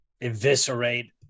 eviscerate